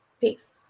Peace